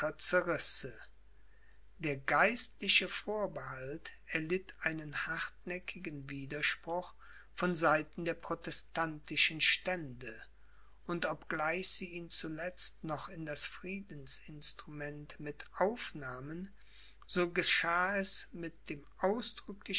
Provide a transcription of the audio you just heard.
der geistliche vorbehalt erlitt einen hartnäckigen widerspruch von seiten der protestantischen stände und obgleich sie ihn zuletzt noch in das friedensinstrument mit aufnahmen so geschah es mit dem